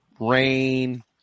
Rain